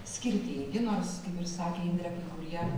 skirtingi nors kaip ir sakė indrė jie